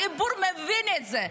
הציבור מבין את זה.